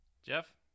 Jeff